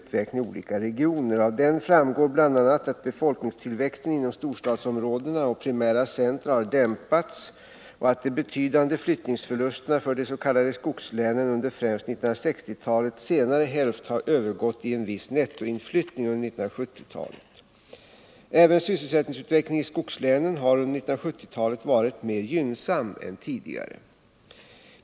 bl.a. att befolkningstillväxten inom storstadsområden och primära centra har dämpats och att de betydande flyttningsförlusterna för de s.k. skogslänen under främst 1960-talets senare hälft har övergått i en viss nettoinflyttning under 1970-talet. Även sysselsättningsutvecklingen i skogslänen har under 1970-talet varit mer gynnsam än tidigare.